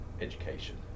education